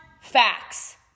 facts